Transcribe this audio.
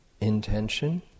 intention